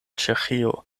ĉeĥio